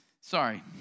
Sorry